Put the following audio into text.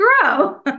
grow